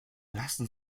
lassen